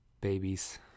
Babies